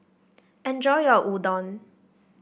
enjoy your Udon